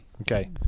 Okay